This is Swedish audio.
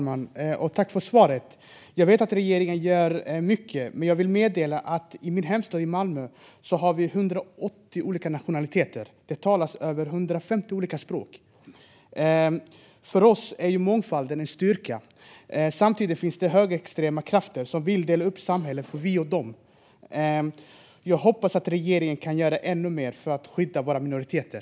Fru talman! Jag vet att regeringen gör mycket, men jag vill berätta att i min hemstad Malmö har vi 180 olika nationaliteter och att det talas över 150 olika språk. För oss är mångfalden en styrka. Samtidigt finns det högerextrema krafter som vill dela upp samhället i ett vi och dom. Jag hoppas att regeringen kan göra ännu mer för att skydda våra minoriteter.